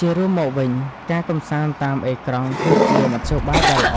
ជារួមមកវិញការកម្សាន្តតាមអេក្រង់គឺជាមធ្យោបាយដ៏ល្អ